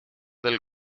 del